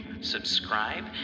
subscribe